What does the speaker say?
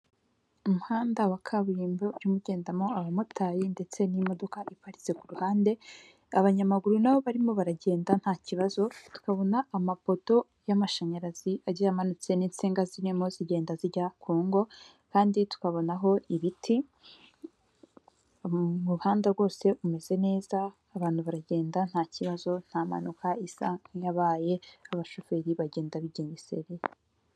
Umuhanda wa kaburimbo urimo ugendamo abamotari ndetse n'imodoka iparitse ku ruhande, abanyamaguru na bo barimo baragenda nta kibazo, tukabona amapoto y'amashanyarazi agiye amanitse n'insinga zirimo zigenda zijya ku ngo kandi tukabonaho ibiti, umuhanda rwose umeze neza, abantu baragenda nta kibazo, nta mpanuka isa nk'iyabaye, abashoferi bagenda bigengesereye.